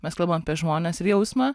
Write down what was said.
mes kalbam apie žmones ir jausmą